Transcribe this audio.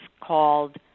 called